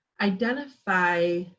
identify